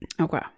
Okay